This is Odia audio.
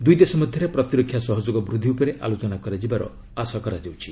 ଦୁଇ ଦେଶ ମଧ୍ୟରେ ପ୍ରତିରକ୍ଷା ସହଯୋଗ ବୃଦ୍ଧି ଉପରେ ଆଲୋଚନା କରାଯିବାର ଆଶା କରାଯାଉଛି